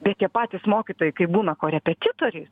bet tie patys mokytojai kai būna korepetitoriais